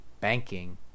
banking